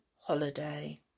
holiday